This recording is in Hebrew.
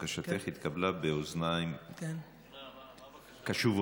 בקשתך התקבלה באוזניים קשובות.